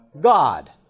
God